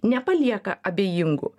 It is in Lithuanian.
nepalieka abejingų